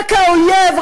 רק האויב,